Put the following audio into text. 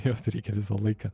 juos reikia visą laiką